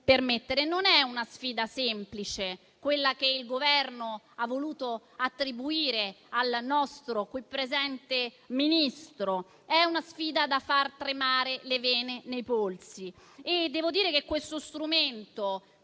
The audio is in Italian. Non è una sfida semplice quella che il Governo ha voluto attribuire al nostro qui presente Ministro. È una sfida da far tremare le vene nei polsi, e devo dire che questo strumento